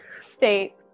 State